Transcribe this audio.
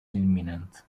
imminent